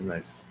Nice